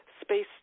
space